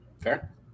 Fair